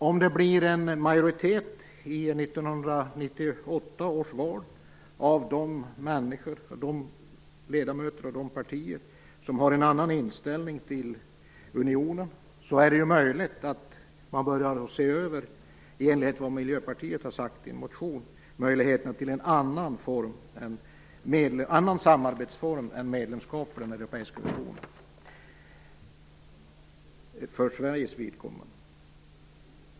Om de ledamöter och de partier som har en annan inställning till unionen kommer i majoritet vid 1998 års val är det möjligt att man i enlighet med vad Miljöpartiet har sagt i en motion börjar se över möjligheterna till en annan samarbetsform än medlemskap i den europeiska unionen för Sveriges vidkommande.